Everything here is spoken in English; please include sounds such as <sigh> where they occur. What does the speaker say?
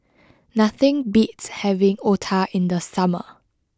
<noise> nothing beats having Otah in the summer